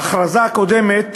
ההכרזה הקודמת